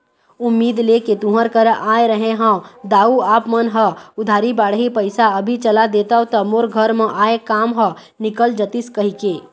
उम्मीद लेके तुँहर करा आय रहें हँव दाऊ आप मन ह उधारी बाड़ही पइसा अभी चला देतेव त मोर घर म आय काम ह निकल जतिस कहिके